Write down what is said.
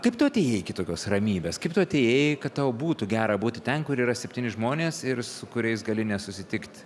kaip tu atėjai tokios ramybės kaip tu atėjai kad tau būtų gera būti ten kur yra septyni žmonės ir su kuriais gali nesusitikt